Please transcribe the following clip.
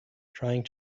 trying